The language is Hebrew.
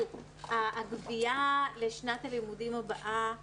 תראו, הגבייה לשנת הלימודים הבאה מסתיימת.